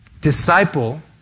disciple